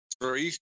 three